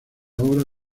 obra